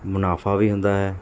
ਮੁਨਾਫਾ ਵੀ ਹੁੰਦਾ ਹੈ